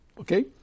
Okay